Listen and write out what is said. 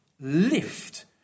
lift